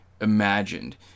imagined